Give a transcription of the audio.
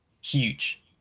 huge